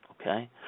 Okay